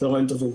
צוהריים טובים.